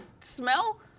smell